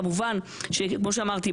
כמו שאמרתי,